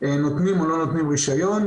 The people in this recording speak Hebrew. נותנים או לא נותנים רישיון.